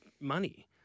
money